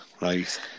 right